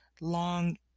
long